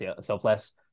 selfless